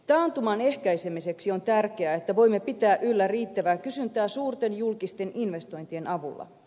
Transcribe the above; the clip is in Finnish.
taantuman ehkäisemiseksi on tärkeää että voimme pitää yllä riittävää kysyntää suurten julkisten investointien avulla